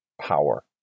power